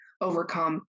overcome